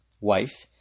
wife